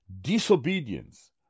disobedience